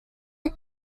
but